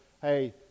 hey